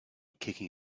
kicking